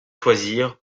choisir